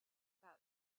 about